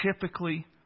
typically